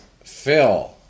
Phil